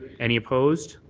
any opposed?